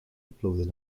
uploaden